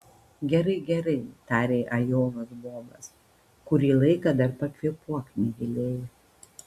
gerai gerai tarė ajovos bobas kurį laiką dar pakvėpuok negiliai